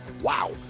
wow